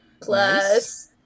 Plus